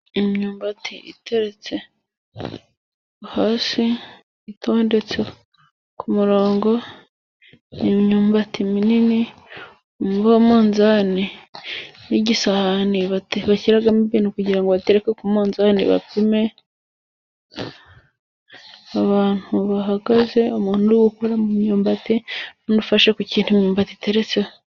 Imyumbati iteretse hasi itondetse ku murongo ni imyumbati minini , umunzani n'igisahani bashyiramo ibintu kugira ngo batereke ku munnzani bapime, abantu bahagaze umuntu uri gukora mu myumbati n'undi ufashe ku kintu imyumbati iteretseho.